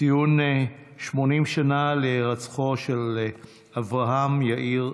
ציון 80 שנה להירצחו של אברהם (יאיר)